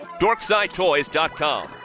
DorksideToys.com